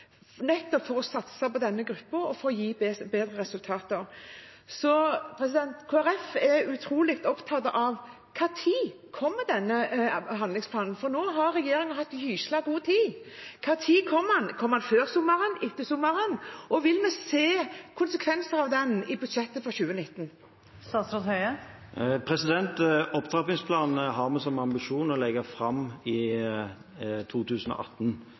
nettopp for å kunne satse på denne gruppen og for å få bedre resultater. Kristelig Folkeparti er opptatt av når denne handlingsplanen kommer. Nå har regjeringen hatt gyselig god tid. Når kommer den? Kommer den før sommeren eller etter sommeren? Vil vi se konsekvenser av den i budsjettet for 2019? Opptrappingsplanen har vi som ambisjon å legge fram i 2018,